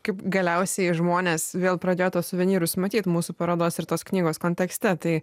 kaip galiausiai žmonės vėl pradėjo tuos suvenyrus matyt mūsų parodos ir tos knygos kontekste tai